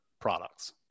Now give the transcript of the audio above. products